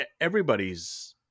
everybody's